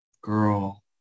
Girl